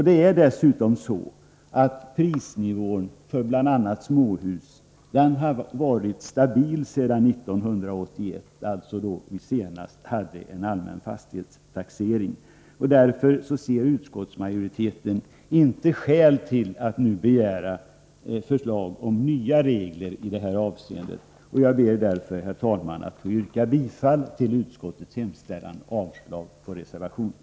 Det är dessutom så att prisnivån på bl.a. småhus har varit stabil sedan 1981, då vi senast hade allmän fastighetstaxering. Utskottsmajoriteten ser alltså inte något skäl till att begära förslag om nya regler i detta avseende. Jag ber därför, herr talman, att få yrka bifall till utskottets hemställan och avslag på reservationen.